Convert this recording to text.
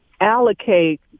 allocate